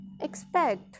expect